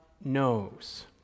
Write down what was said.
knows